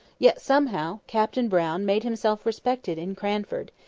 yet, somehow, captain brown made himself respected in cranford,